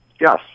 yes